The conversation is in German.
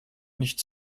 nicht